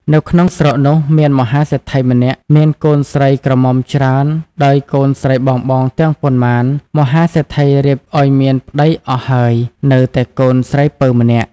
នៅក្នុងស្រុកនោះមានមហាសេដ្ឋីម្នាក់មានកូនស្រីក្រមុំច្រើនដោយកូនស្រីបងៗទាំងប៉ុន្មានមហាសេដ្ឋីរៀបឲ្យមានប្ដីអស់ហើយនៅតែកូនស្រីពៅម្នាក់។